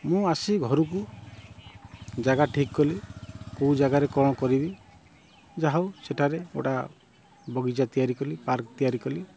ମୁଁ ଆସି ଘରକୁ ଜାଗା ଠିକ୍ କଲି କେଉଁ ଜାଗାରେ କ'ଣ କରିବି ଯାହାହେଉ ସେଠାରେ ଗୋଟେ ବଗିଚା ତିଆରି କଲି ପାର୍କ୍ ତିଆରି କଲି